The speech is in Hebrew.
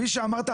כפי שאמרת,